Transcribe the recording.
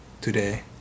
today